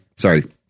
Sorry